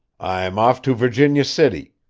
i'm off to virginia city,